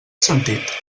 sentit